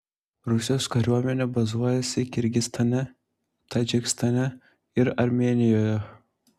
rusijos kariuomenė bazuojasi kirgizstane tadžikistane ir armėnijoje